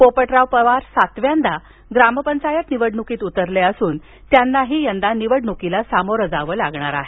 पोपटराव पवार सातव्यांदा ग्रामपंचायत निवडणुकीत उतरले असून त्यांनाही निवडणुकीला सामोरं जावं लागणार आहे